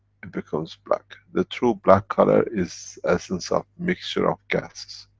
it becomes black. the true black color is essence of mixture of ganses.